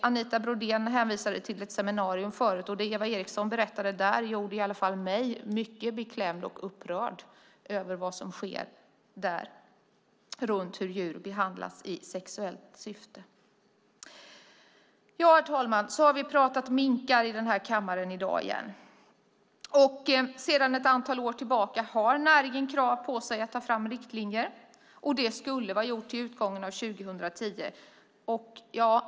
Anita Brodén hänvisade till ett seminarium förut, och det Eva Eriksson berättade där gjorde i alla fall mig mycket beklämd och upprörd över vad som sker där när det gäller hur djur behandlas i sexuellt syfte. Herr talman! Vi har pratat minkar i den här kammaren i dag igen. Sedan ett antal år tillbaka har näringen krav på sig att ta fram riktlinjer. Det skulle vara gjort till utgången av 2010.